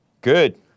Good